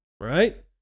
right